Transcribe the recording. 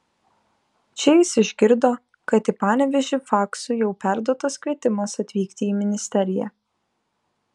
čia jis išgirdo kad į panevėžį faksu jau perduotas kvietimas atvykti į ministeriją